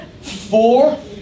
four